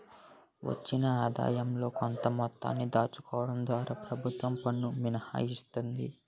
వచ్చిన ఆదాయంలో కొంత మొత్తాన్ని దాచుకోవడం ద్వారా ప్రభుత్వం పన్ను మినహాయిస్తుంది